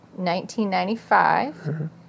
1995